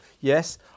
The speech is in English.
Yes